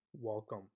Welcome